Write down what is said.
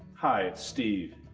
hi it's steve.